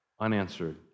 unanswered